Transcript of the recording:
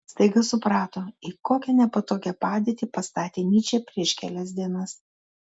staiga suprato į kokią nepatogią padėtį pastatė nyčę prieš kelias dienas